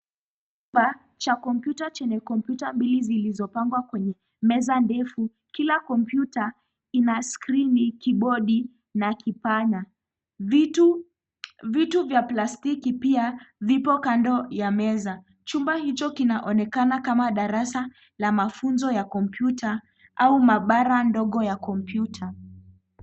Chumba cha kompyuta chenye kompyuta mbili zilizopangwa kwenye meza ndefu kila kompyuta ina skrini, kibodi na kipana. Vitu vya plastiki pia vipo kando ya meza. Chumba hicho kinaonekana kama darasa la mafunzo ya kompyuta au mahabara ndogo ya kompyuta.